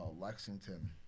Lexington